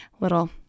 little